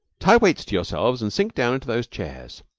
tie weights to yourselves and sink down into those chairs.